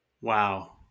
Wow